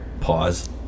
pause